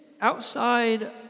outside